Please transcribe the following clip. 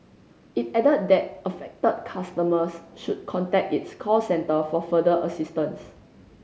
it added that affected customers should contact its call centre for further assistance